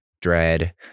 dread